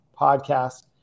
podcast